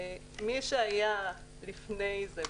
מי שהיה לפני זה,